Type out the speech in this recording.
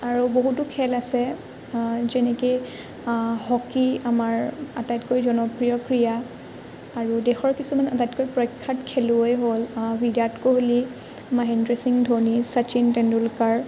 আৰু বহুতো খেল আছে যেনেকৈ হকী আমাৰ আটাইতকৈ জনপ্ৰিয় ক্ৰীড়া আৰু দেশৰ কিছুমান আটাইতকৈ প্ৰখ্যাত খেলুৱৈ হ'ল বিৰাট কোহলি মহেন্দ্ৰ সিং ধোনি শচীন তেণ্ডুলকাৰ